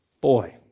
Boy